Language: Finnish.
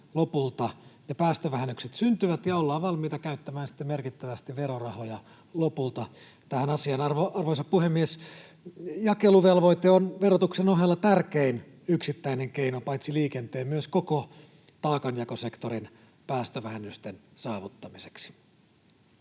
päästövähennykset syntyvät, ja ollaan valmiita käyttämään merkittävästi verorahoja lopulta tähän asiaan. Arvoisa puhemies! Jakeluvelvoite on verotuksen ohella tärkein yksittäinen keino paitsi liikenteen myös koko taakanjakosektorin päästövähennysten saavuttamiseksi.